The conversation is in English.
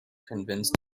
convinced